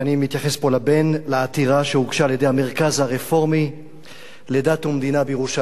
לעתירה שהוגשה על-ידי המרכז הרפורמי לדת ומדינה בירושלים על התבטאויות,